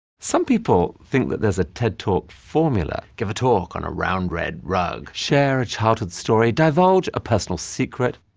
some people think that there's a ted talk formula give a talk on a round, red rug. share a childhood story. divulge a personal secret.